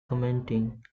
commenting